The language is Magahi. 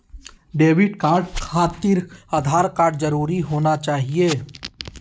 डेबिट कार्ड खातिर आधार कार्ड जरूरी होना चाहिए?